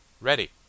Ready